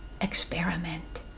experiment